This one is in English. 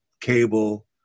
cable